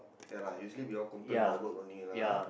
ya lah usually we all complain about work only lah ah